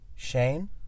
Shane